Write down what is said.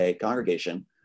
congregation